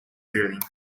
drilling